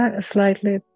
Slightly